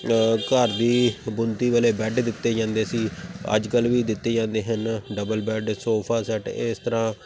ਘਰ ਦੀ ਬੁਣਤੀ ਵਾਲੇ ਬੈੱਡ ਦਿੱਤੇ ਜਾਂਦੇ ਸੀ ਅੱਜ ਕੱਲ੍ਹ ਵੀ ਦਿੱਤੇ ਜਾਂਦੇ ਹਨ ਡਬਲ ਬੈੱਡ ਸੋਫਾ ਸੈੱਟ ਇਸ ਤਰ੍ਹਾਂ